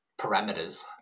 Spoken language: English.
parameters